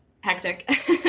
hectic